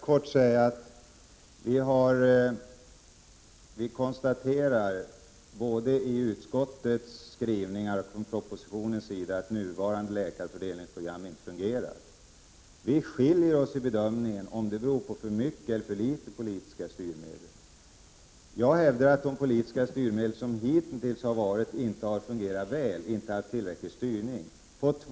Herr talman! Både i propositionen och i utskottets skrivningar konstateras att nuvarande läkarfördelningsprogram inte fungerar. Vi skiljer oss i bedömningen huruvida det beror på för mycket eller för litet politiska styrmedel. Jag hävdar att de politiska styrmedel som hittills använts inte har fungerat väl, inte har inneburit tillräcklig styrning.